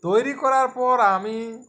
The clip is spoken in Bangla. তৈরি করার পর আমি